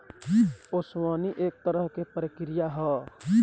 ओसवनी एक तरह के प्रक्रिया ह